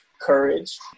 courage